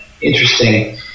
interesting